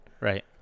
Right